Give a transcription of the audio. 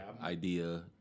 idea